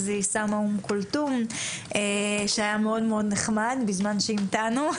היא שמה את אום כולתום בזמן שהמתנו,